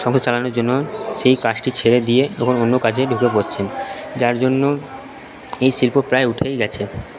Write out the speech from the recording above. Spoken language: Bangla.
সংসার চালানোর জন্য সেই কাজটি ছেড়ে দিয়ে তখন অন্য কাজে ঢুকে পড়ছে যার জন্য এই শিল্প প্রায় উঠেই গেছে